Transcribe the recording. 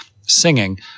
singing